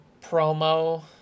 promo